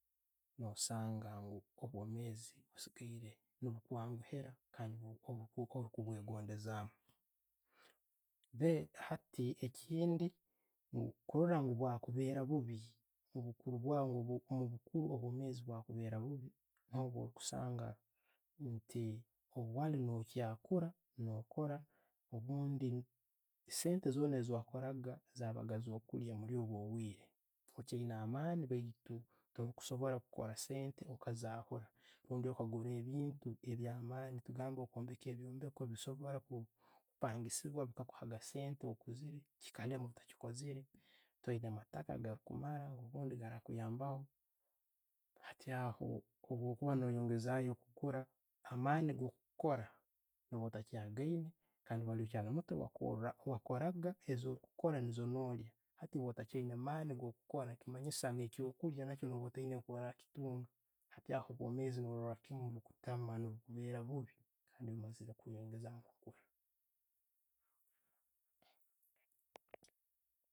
No'sanga ngu obwomezi busigaire ne'bukwanguhiira kandi no'okubogendezamu. Then, hati, enkindi kurora bwakubeera bubi, bwo kuba omukuuru obwemeezi bwakubeera bubi, nti obwali no'kyakula, no'kula obundi sente zoona zowakooraga za'abaga zo'kulya muli obwo obwiire no'kyayiina amaani baitu tokusobora kukora sente okazahuura rundi okaguura ebiintu ebyamaani katugambe okwombega ebyombeko bikusobora kupangisibwa bika kuhaga sente okuziire, chikalmwa otachikozeere, toyina amataaka agakumara, agarakuyambaho. Hati aho, bwo'kuba noyengezaho okukura, amaani go kukora no'ba otagaine, kandi bwo kaba no 'kyaali mutto, no'kyali mutto, wakoraga, ezirikukora niizo no'lya. Hati eiwe atachayiina amaani go kukukora, ne'kimanyisa ebyo'kulya ogyakuba otaiyina nkokuorakitunga. Obwomezi no'rora kimu nebukutaama nebukubeera buubi wagumizaamu no'kukura.